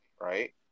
Right